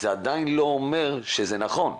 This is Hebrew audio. עדיין לא אומר שזה נכון.